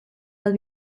bat